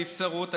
הנבצרות,